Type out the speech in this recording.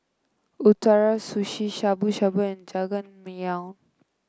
Ootoro Sushi Shabu Shabu and Jajangmyeon